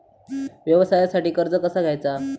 व्यवसायासाठी कर्ज कसा घ्यायचा?